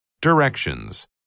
Directions